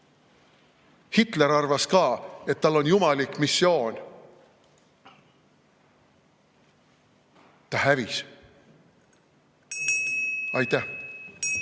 Hitler arvas ka, et tal on jumalik missioon. Ta hävis. Aitäh!